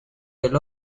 del